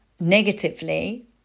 Negatively